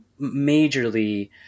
majorly